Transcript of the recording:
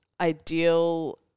ideal